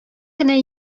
кенә